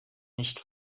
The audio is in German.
nicht